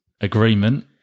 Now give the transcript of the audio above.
agreement